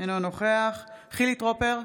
אינו נוכח חילי טרופר,